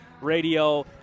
radio